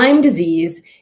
disease